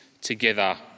together